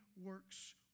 works